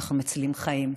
אנחנו מצילים חיים.